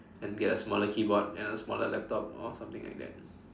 and get a smaller keyboard you know smaller laptop or something like that